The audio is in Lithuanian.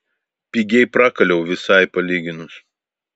pigiai prakaliau visai palyginus